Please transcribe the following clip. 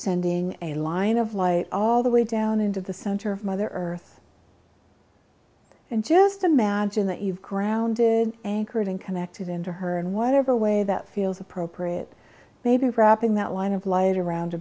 sending a line of light all the way down into the center of mother earth and just imagine that you've grounded anchored in connected into her in whatever way that feels appropriate maybe wrapping that line of light around a